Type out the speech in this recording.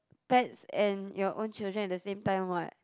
pets and your own children at the same time what